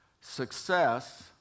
success